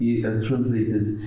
translated